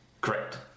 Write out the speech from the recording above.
Correct